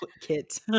kit